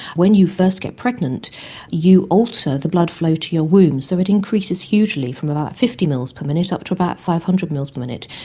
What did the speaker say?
when you first get pregnant you alter the blood flow to your womb so it increases hugely from about fifty mls per minute up to about five hundred mls per minute,